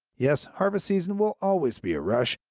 yes, harvest season will always be a rush,